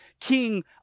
king